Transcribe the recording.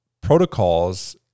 protocols